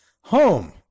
home